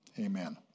amen